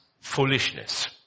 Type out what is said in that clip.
foolishness